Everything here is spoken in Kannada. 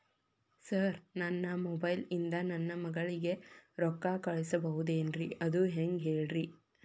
ಸರ್ ನನ್ನ ಮೊಬೈಲ್ ಇಂದ ನನ್ನ ಮಗಳಿಗೆ ರೊಕ್ಕಾ ಕಳಿಸಬಹುದೇನ್ರಿ ಅದು ಹೆಂಗ್ ಹೇಳ್ರಿ